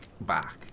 back